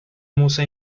musa